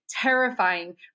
terrifying